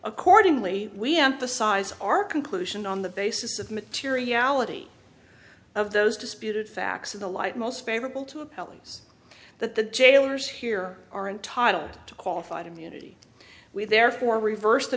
accordingly we emphasize our conclusion on the basis of materiality of those disputed facts in the light most favorable to a balance that the jailers here are entitled to qualified immunity we therefore reversed the